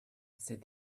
said